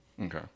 Okay